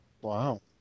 Wow